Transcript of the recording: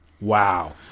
Wow